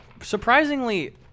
Surprisingly